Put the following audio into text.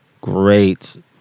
Great